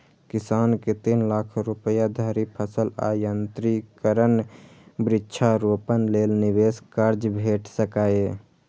किसान कें तीन लाख रुपया धरि फसल आ यंत्रीकरण, वृक्षारोपण लेल निवेश कर्ज भेट सकैए